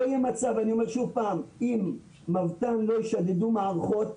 אם מבת"ן לא ישדדו מערכות,